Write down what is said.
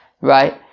Right